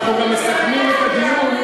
אנחנו גם מסכמים את הדיון.